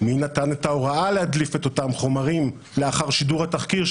מי נתן את ההוראה להדליף את אותם חומרים לאחר שידור התחקיר,